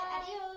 adios